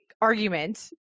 argument